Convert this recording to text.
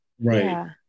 right